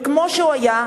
וכמו שהוא היה,